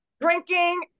drinking